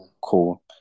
Cool